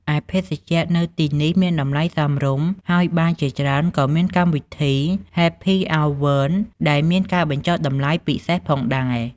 ឯភេសជ្ជៈនៅទីនេះមានតម្លៃសមរម្យ ហើយបារជាច្រើនក៏មានកម្មវិធី ហេភី អោវើន៍ (Happy Hour) ដែលមានការបញ្ចុះតម្លៃពិសេសផងដែរ។